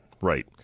Right